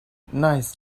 nice